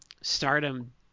Stardom